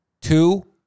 two